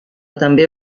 també